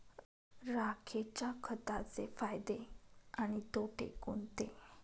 राखेच्या खताचे फायदे आणि तोटे कोणते?